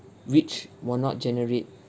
which will not generate